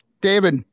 David